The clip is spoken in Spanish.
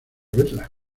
verla